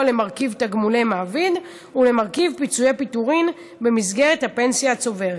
למרכיב תגמולי מעביד ולמרכיב פיצויי פיטורין במסגרת הפנסיה הצוברת,